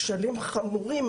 כשלים חמורים,